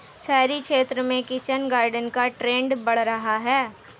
शहरी क्षेत्र में किचन गार्डन का ट्रेंड बढ़ रहा है